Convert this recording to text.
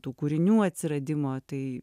tų kūrinių atsiradimo tai